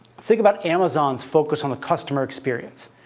think about amazon's focus on the customer experience.